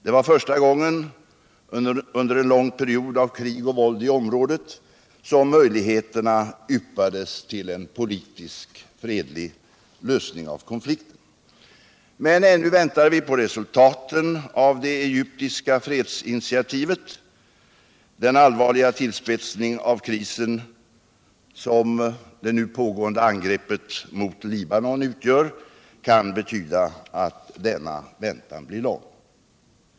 Det var första gången under en lång period av krig och våld i områdét som möjligheter yppades till en politisk, fredlig lösning av konflikten. Men ännu väntar vi på resultaten av det egyptiska fredsinitiativet. Den allvarliga tillspetsning av krisen som det nu pågående israeliska angreppet mot Libanon utgör kan betyda att denna väntan blir lång.